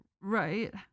right